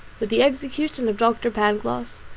with the execution of doctor pangloss,